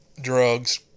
drugs